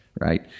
Right